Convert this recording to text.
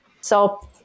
So-